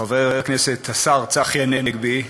חבר הכנסת השר צחי הנגבי,